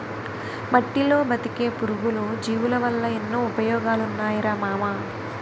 మట్టిలో బతికే పురుగులు, జీవులవల్ల ఎన్నో ఉపయోగాలున్నాయిరా మామా